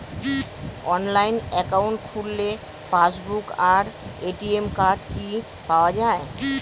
Online account খুললে passbook আর ATM card কি পাওয়া যায়?